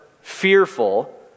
fearful